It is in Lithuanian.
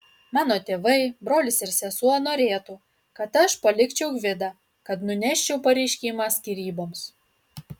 mano tėvai brolis ir sesuo norėtų kad aš palikčiau gvidą kad nuneščiau pareiškimą skyryboms